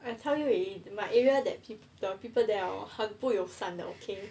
I tell you already my area the people there hor 很不友善的 okay